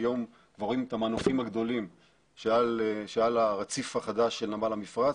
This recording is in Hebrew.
היום כבר רואים את המנופים הגדולים שעל הרציף החדש של נמל המפרץ,